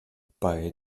bei